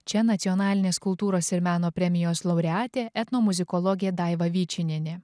čia nacionalinės kultūros ir meno premijos laureatė etnomuzikologė daiva vyčinienė